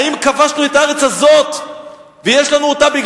האם כבשנו את הארץ הזאת ויש לנו אותה משום